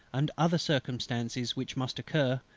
and other circumstances which must occur,